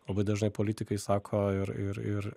labai dažnai politikai sako ir ir ir